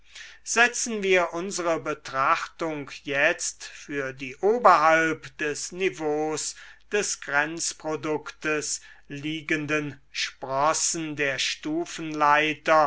setzen wir unsere betrachtung jetzt für die oberhalb des niveaus des grenzproduktes liegenden sprossen der